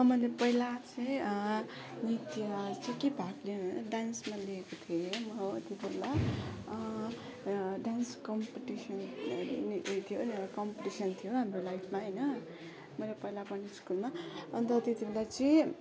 मैले पहिला चाहिँ नृत्य के के भाग लिनु भनेर डान्समा लिएको थिएँ म त्यतिबेला डान्स कम्पिटिसन उयो थियो कम्पिटिसन थियो हाम्रो लाइफमा होइन मेरो पहिला पढ्ने स्कुलमा अन्त त्यतिबेला चाहिँ